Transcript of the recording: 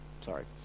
Sorry